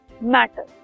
matter